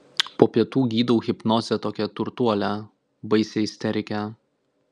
po pietų gydau hipnoze tokią turtuolę baisią isterikę